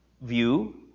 view